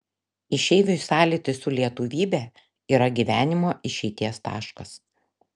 išeiviui sąlytis su lietuvybe yra gyvenimo išeities taškas